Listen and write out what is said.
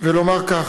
ולומר כך: